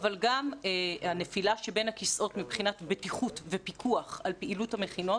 אבל גם הנפילה בין הכיסאות מבחינת בטיחות ופיקוח על פעילות המכינות.